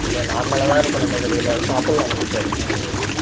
இல்லை நார்மலா தான் இருக்கும் நம்ம கடையில் சாப்பிடலாம் ஒன்றும் பிரச்சின கிடையாது